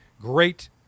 great